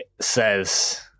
says